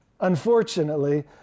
Unfortunately